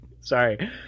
sorry